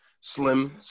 Slim